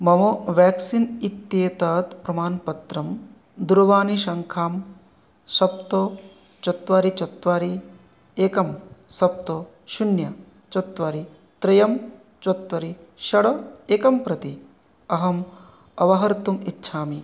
मम व्याक्सीन् इत्येतत् प्रमाणपत्रं दूरवाणीसङ्ख्या सप्त चत्वारि चत्वारि एकम् सप्त शून्यं चत्वारि त्रयं चत्वारि षट् एकम् प्रति अहम् अवहर्तुम् इच्छामि